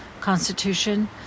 Constitution